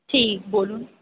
ঠিক বলুন